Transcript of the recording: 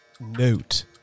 Note